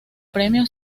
premio